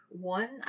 One